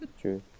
True